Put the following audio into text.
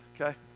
okay